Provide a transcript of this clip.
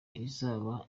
izaba